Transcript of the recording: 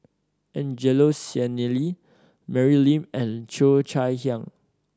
Angelo Sanelli Mary Lim and Cheo Chai Hiang